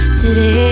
today